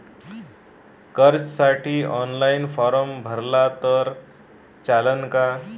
कर्जसाठी online form भरला तर चालन का?